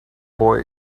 boy